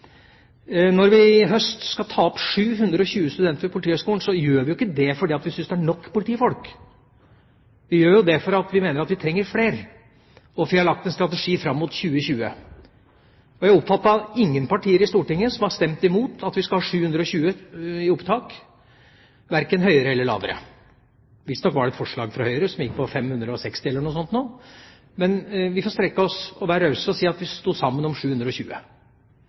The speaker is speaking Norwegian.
Når vi i høst skal ta opp 720 studenter til Politihøgskolen, så gjør vi ikke det fordi vi syns det er nok politifolk. Vi gjør det fordi vi mener at vi trenger flere, og fordi vi har lagt en strategi fram mot 2020. Jeg har oppfattet at ingen partier i Stortinget har stemt imot at vi skal ha 720 studenter i opptak – verken høyere eller lavere. Visstnok var det et forslag fra Høyre som gikk på 560, eller noe sånt. Men vi får strekke oss og være rause nok til å si at vi sto sammen om 720.